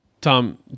Tom